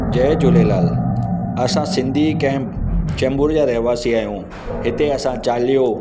जय झूलेलाल असां सिंधी कंहिं चेंबूर जा रहवासी आहियूं हिते असां चालीहो